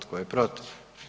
Tko je protiv?